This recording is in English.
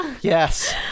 Yes